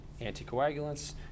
anticoagulants